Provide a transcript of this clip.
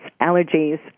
allergies